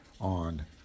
on